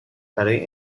برای